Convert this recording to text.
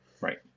right